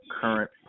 current